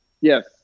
Yes